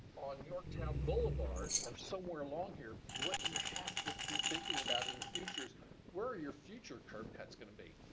yorktown boulevard, or somewhere along here. what you have to be thinking about in the future is where are your future curb cuts gonna be?